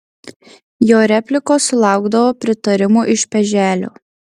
jo replikos sulaukdavo pritarimo iš peželio